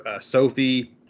Sophie